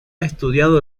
estudiado